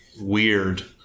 weird